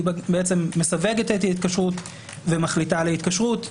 היא בעצם מסווגת את ההתקשרות ומחליטה על ההתקשרות,